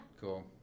cool